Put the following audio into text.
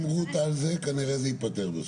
אם רות על זה, כנראה זה ייפתר.